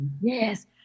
Yes